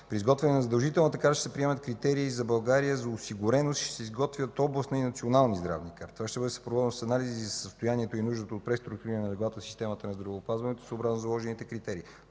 При изготвяне на задължителната карта ще се приемат критерии за България за осигуреност, ще се изготвят областна и национална здравни карти, тоест ще бъдат съпроводени с анализи за състоянието и нуждата от преструктуриране на леглата в системата на здравеопазването съобразно заложените критерии.